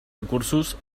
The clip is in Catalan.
recursos